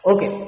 Okay